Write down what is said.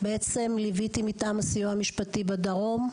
בעצם ליוויתי מטעם הסיוע המשפטי בדרום,